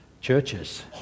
Churches